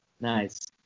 Nice